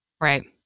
Right